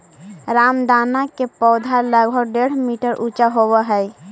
रामदाना के पौधा लगभग डेढ़ मीटर ऊंचा होवऽ हइ